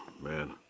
man